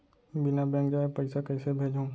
बिना बैंक जाये पइसा कइसे भेजहूँ?